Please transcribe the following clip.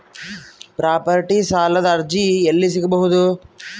Property ಸಾಲದ ಅರ್ಜಿ ಎಲ್ಲಿ ಸಿಗಬಹುದು?